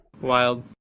Wild